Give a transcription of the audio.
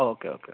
okay okay okay